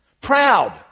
Proud